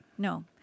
No